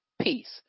Peace